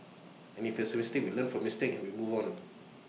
and if it's A mistake we learn from mistakes we move on